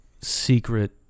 secret